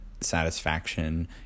satisfaction